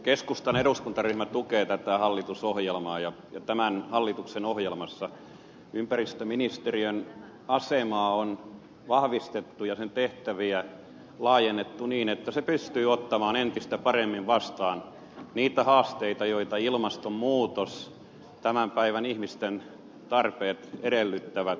keskustan eduskuntaryhmä tukee tätä hallitusohjelmaa ja tämän hallituksen ohjelmassa ympäristöministeriön asemaa on vahvistettu ja sen tehtäviä laajennettu niin että se pystyy ottamaan entistä paremmin vastaan niitä haasteita joita ilmastonmuutos ja tämän päivän ihmisten tarpeet edellyttävät